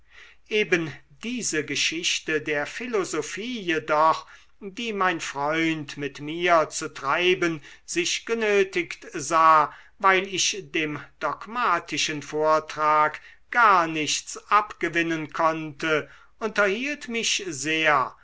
eben diese geschichte der philosophie jedoch die mein freund mit mir zu treiben sich genötigt sah weil ich dem dogmatischen vortrag gar nichts abgewinnen konnte unterhielt mich sehr